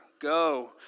Go